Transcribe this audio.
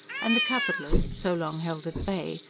and the capitalist, so long held at bay,